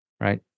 right